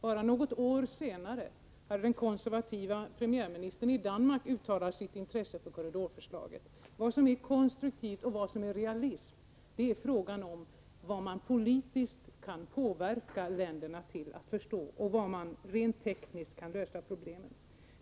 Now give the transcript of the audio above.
Bara något år senare hade den konservative premiärministern i Danmark uttalat sitt intresse för förslaget. Vad som är konstruktivt och vad som är realistiskt är en fråga om vad man politiskt kan påverka länderna till att förstå och hur man rent tekniskt kan lösa problem.